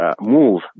move